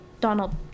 Donald